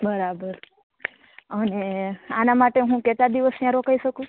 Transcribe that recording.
બરાબર અને આના માટે હું કેટલા દિવસ ત્યા રોકાઈ શકું